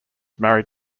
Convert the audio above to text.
married